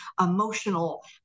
emotional